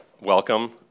Welcome